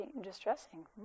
distressing